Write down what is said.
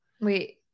Wait